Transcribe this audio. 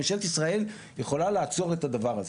ממשלת ישראל יכולה לעצור את הדבר הזה,